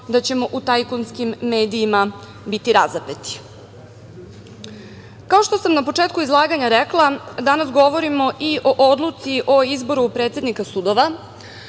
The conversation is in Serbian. da ćemo u tajkunskim medijima biti razapeti. Kao što sam na početku izlaganja rekla, danas govorimo i o Odluci o izboru predsednika sudova,